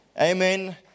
Amen